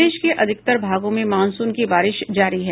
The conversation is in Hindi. प्रदेश के अधिकतर भागों में मानसून की बारिश जारी है